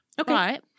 Okay